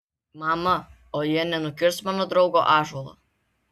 mama o jie nenukirs mano draugo ąžuolo